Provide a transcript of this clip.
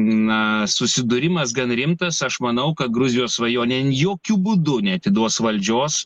na susidūrimas gan rimtas aš manau kad gruzijos svajonė jokiu būdu neatiduos valdžios